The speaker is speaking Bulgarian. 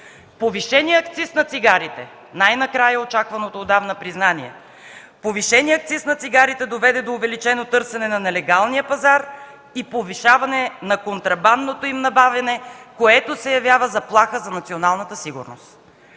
отдавна признание – доведе до увеличено търсене на нелегалния пазар и повишаване на контрабандното им набавяне, което се явява заплаха за националната сигурност.